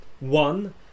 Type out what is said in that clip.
One